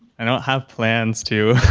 i don't have plans to